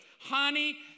honey